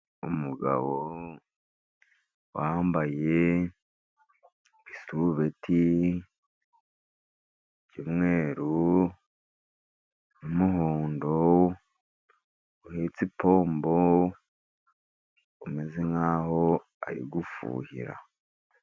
Umugabo wambaye isurubeti y'umweru n'umuhondo, uhetse ipombo ameze nk'aho ari gufuhira.